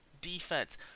defense